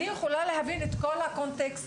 אני יכולה להבין את כל הקונטקסט,